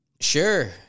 sure